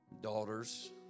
daughters